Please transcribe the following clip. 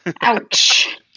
Ouch